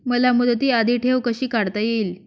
मला मुदती आधी ठेव कशी काढता येईल?